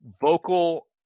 vocal